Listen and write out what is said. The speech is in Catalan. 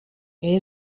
que